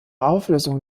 auflösung